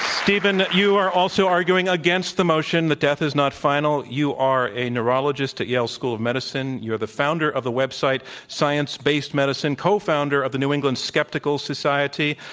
steven, you are also arguing against the motion that death is not final. you are a neurologist at yale school of medicine. you're the founder of the website, science-based medicine, cofounder of the new england skeptical society.